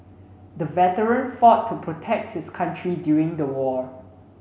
the veteran fought to protect his country during the war